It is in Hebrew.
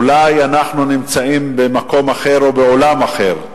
אולי אנחנו נמצאים במקום אחר או בעולם אחר.